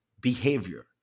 behavior